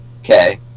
Okay